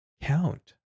Count